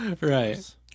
Right